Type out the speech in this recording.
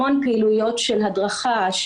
המון פעילויות של הדרכה,